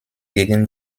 gegen